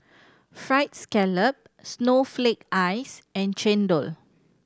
Fried Scallop snowflake ice and chendol